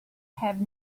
have